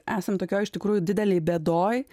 esam tokioj iš tikrųjų didelėj bėdoj